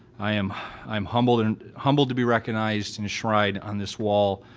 i am i am humbled and humbled to be recognized, enshrined on this wall,